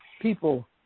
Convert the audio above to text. people